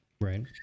Right